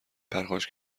پرخاش